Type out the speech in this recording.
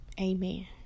amen